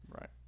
right